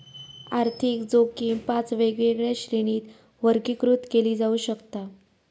आर्थिक जोखीम पाच वेगवेगळ्या श्रेणींत वर्गीकृत केली जाऊ शकता